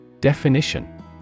Definition